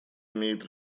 имеет